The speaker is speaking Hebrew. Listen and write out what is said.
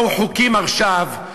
באו חוקים עכשיו,